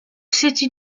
city